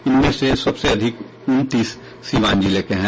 इनमें से सबसे अधिक उनतीस सीवान जिले के हैं